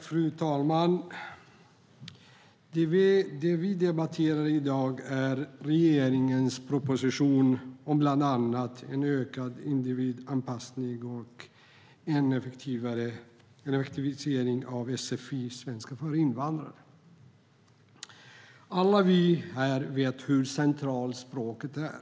Fru talman! Det vi debatterar i dag är regeringens proposition om bland annat en ökad individanpassning och en effektivisering av sfi, svenska för invandrare. Alla vi här vet hur centralt språket är.